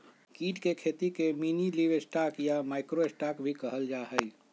कीट के खेती के मिनीलिवस्टॉक या माइक्रो स्टॉक भी कहल जाहई